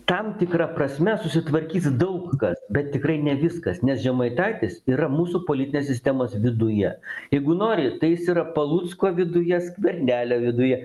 tam tikra prasme susitvarkys daug kas bet tikrai ne viskas nes žemaitaitis yra mūsų politinės sistemos viduje jeigu nori tai jis yra palucko viduje skvernelio viduje